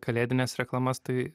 kalėdines reklamas tai